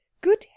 Good